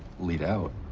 lead out.